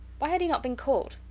why had he not been called?